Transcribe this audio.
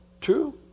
True